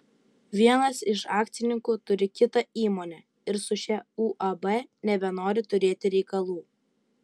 vienas iš akcininkų turi kitą įmonę ir su šia uab nebenori turėti reikalų